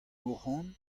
mohan